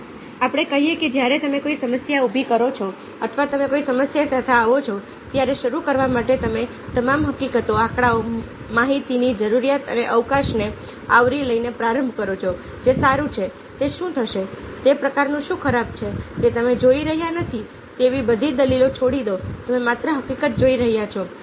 ચાલો આપણે કહીએ કે જ્યારે તમે કોઈ સમસ્યા ઉભી કરો છો અથવા તમે કોઈ સમસ્યા સાથે આવો છો ત્યારે શરૂ કરવા માટે તમે તમામ હકીકતો આંકડાઓ માહિતીની જરૂરિયાતો અને અવકાશને આવરી લઈને પ્રારંભ કરો છો જે સારું છે તે શું થશે તે પ્રકારનું શું ખરાબ છે તે તમે જોઈ રહ્યા નથી તેવી બધી દલીલો છોડી દો તમે માત્ર હકીકતો જોઈ રહ્યા છો